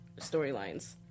storylines